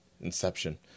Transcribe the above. Inception